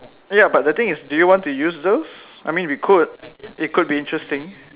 ya but the thing is do you want to use those I mean we could it could be interesting